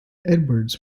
edwards